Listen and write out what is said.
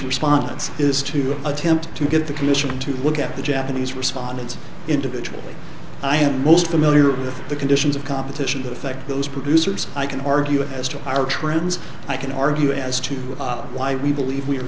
response is to attempt to get the commission to look at the japanese respondents individually i am most familiar with the conditions of competition to affect those producers i can argue as to our trends i can argue as to why we believe we are